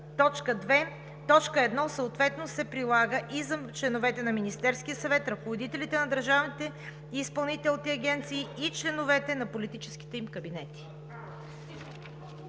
съответно се прилага и за членовете на Министерския съвет, ръководителите на държавните и изпълнителните агенции и членовете на политическите им кабинети.“